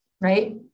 Right